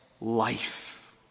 life